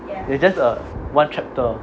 it's just a one chapter